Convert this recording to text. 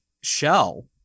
shell